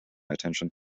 attention